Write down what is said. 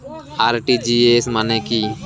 RTGS মানে কি?